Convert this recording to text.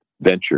venture